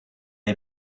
the